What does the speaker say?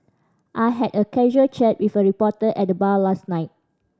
I had a casual chat with a reporter at the bar last night